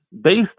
based